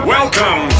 Welcome